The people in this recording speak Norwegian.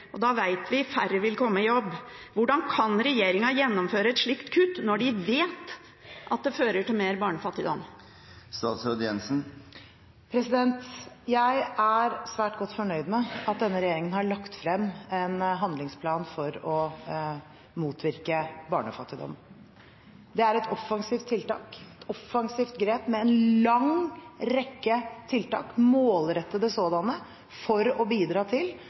Da vet vi at færre vil komme i jobb. Hvordan kan regjeringen gjennomføre et slikt kutt når de vet at det fører til mer barnefattigdom? Jeg er svært godt fornøyd med at denne regjeringen har lagt frem en handlingsplan for å motvirke barnefattigdom. Det er et offensivt tiltak, et offensivt grep med en lang rekke tiltak – målrettede sådanne – for å bidra til